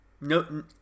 no